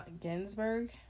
Ginsberg